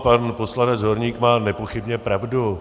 Pan poslanec Horník má nepochybně pravdu.